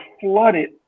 flooded